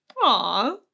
Aw